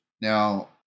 Now